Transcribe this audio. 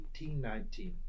1819